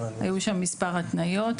היו שם מספר התניות,